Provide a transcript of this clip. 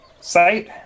site